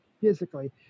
physically